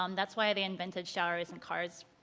um that's why they invented showers and cars.